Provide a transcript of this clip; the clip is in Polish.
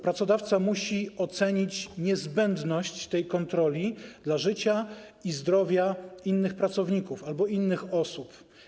Pracodawca musi ocenić niezbędność tej kontroli dla życia i zdrowia innych pracowników albo innych osób.